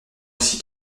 aussi